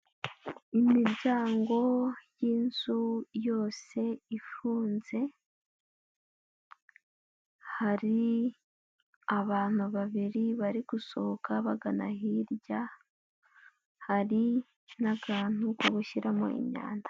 Imiryango y'inzu yose ifunze, hari abantu babiri bari gusohoka bagana hirya, hari n'akantu ko gushyiramo imyanda.